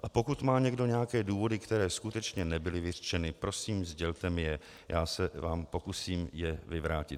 A pokud má někdo nějaké důvody, které skutečně nebyly vyřčeny, prosím, sdělte mi je, já se vám je pokusím vyvrátit.